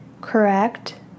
correct